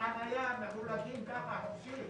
תווי חנייה מחולקים ככה, חופשי.